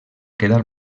quedar